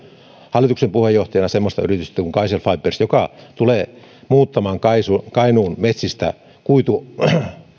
hallituksen puheenjohtajana semmoista yritystä kuin kaicell fibers joka tulee muuttamaan kainuun metsistä kuitupuuta